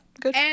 Good